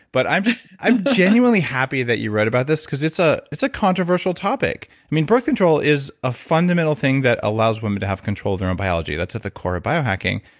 but i'm i'm genuinely happy that you wrote about this because it's ah it's a controversial topic. i mean, birth control is a fundamental thing that allows women to have control of their own biology. that's at the core of biohacking.